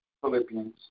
Philippians